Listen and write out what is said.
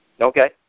Okay